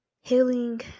Healing